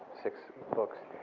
six books,